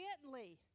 gently